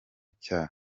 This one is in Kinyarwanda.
cya